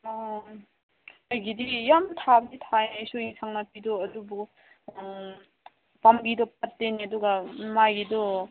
ꯎꯝ ꯑꯩꯒꯤꯗꯤ ꯌꯥꯝ ꯊꯥꯕꯗꯤ ꯊꯥꯏ ꯑꯩꯁꯨ ꯌꯦꯟꯁꯥꯡ ꯅꯥꯄꯤꯗꯣ ꯑꯗꯨꯕꯨ ꯄꯥꯝꯕꯤꯗꯣ ꯐꯠꯇꯦꯅꯦ ꯑꯗꯨꯒ ꯃꯥꯒꯤꯗꯣ